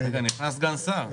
נכנס סגן שר, אני צריך לעצור.